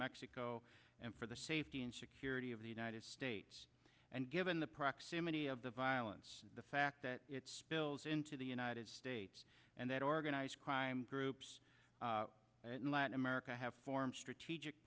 mexico and for the safety and security of the united states and given the proximity of the violence the fact that it's spills into the united states and that organized crime groups in latin america have formed strategic